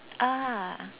ah